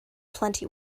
plenty